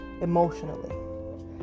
emotionally